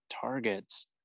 targets